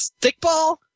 stickball